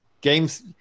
games